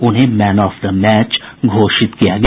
उन्हें man of the match घोषित किया गया